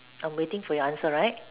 I'm waiting for your answer right